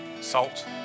salt